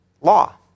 Law